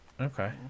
okay